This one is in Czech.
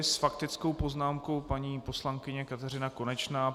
S faktickou poznámkou paní poslankyně Kateřina Konečná.